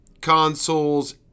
consoles